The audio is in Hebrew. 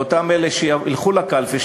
ואותם אלה שילכו לקלפי,